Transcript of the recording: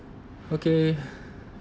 okay